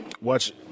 watch